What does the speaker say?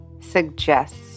suggests